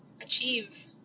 achieve